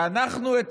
שאנחנו את